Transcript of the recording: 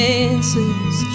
answers